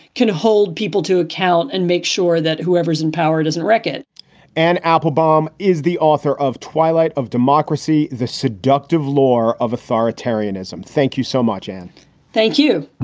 can hold people to account and make sure that whoever is in power doesn't record anne applebaum is the author of twilight of democracy the seductive law of authoritarianism. thank you so much. and thank you